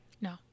No